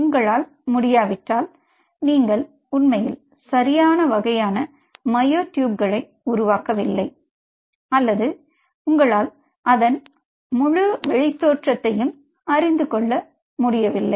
உங்களால் முடியாவிட்டால் நீங்கள் உண்மையில் சரியான வகையான மயோட்யூப்களை உருவாக்கவில்லை அல்லது உங்களால் அதன் முழு வெளித்தோற்றத்தையும் அறிந்து கொள்ள முடியவில்லை